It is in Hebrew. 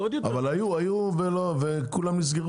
זה עוד יותר --- אבל היו וכולם נסגרו.